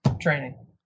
training